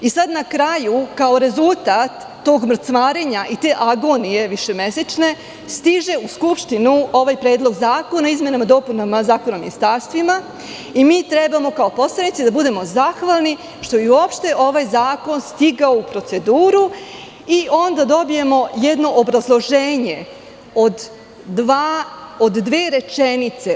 Na kraju, kao rezultat tog mrcvarenja i te agonije višemesečne stiže u Skupštinu ovaj predlog zakona o izmenama i dopunama Zakona o ministarstvima i mi treba kao poslanici da budemo zahvalni što je uopšte ovaj zakon stigao u proceduru i onda dobijemo jedno obrazloženje od dve rečenice.